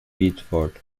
biddeford